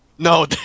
No